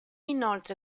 inoltre